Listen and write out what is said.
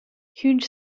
huge